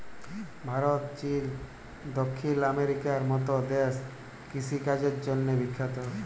Bharat, Chile, দখ্খিল আমেরিকার মত দ্যাশ কিষিকাজের জ্যনহে বিখ্যাত